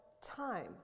time